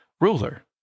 Ruler